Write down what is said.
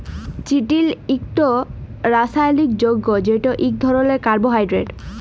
চিটিল ইকট রাসায়লিক যগ্য যেট ইক ধরলের কার্বোহাইড্রেট